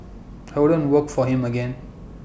I wouldn't work for him again